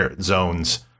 zones